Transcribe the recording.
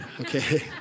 Okay